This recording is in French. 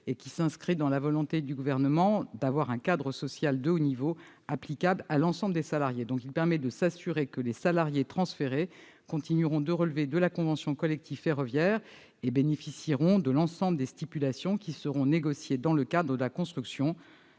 Il s'inscrit dans la volonté du Gouvernement d'instituer un cadre social de haut niveau applicable à l'ensemble des salariés. Il s'agit de s'assurer que les salariés transférés continueront de relever de la convention collective ferroviaire et bénéficieront de l'ensemble des stipulations qui seront négociées au titre de la construction